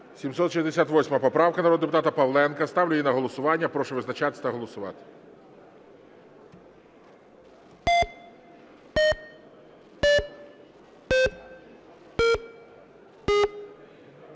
768 поправка народного депутата Павленка. Ставлю її на голосування. Прошу визначатись та голосувати.